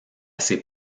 ses